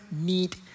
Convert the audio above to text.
need